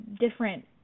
different